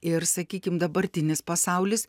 ir sakykim dabartinis pasaulis